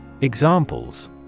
Examples